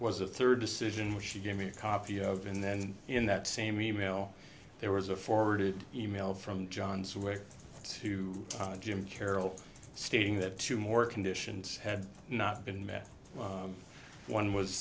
was a third decision which she gave me a copy of and then in that same email there was a forwarded email from john's work to jim carroll stating that two more conditions had not been met one was